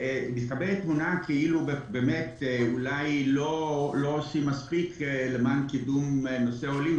מתקבלת תמונה אולי לא עושים מספיק למען קידום נושא העולים.